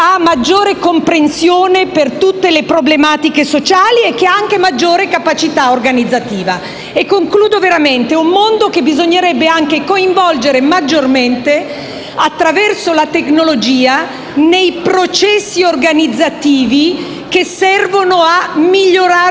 maggiore comprensione per tutte le problematiche sociali ed anche maggiore capacità organizzativa. È un mondo che bisognerebbe coinvolgere maggiormente, attraverso la tecnologia, nei processi organizzativi che servono a migliorare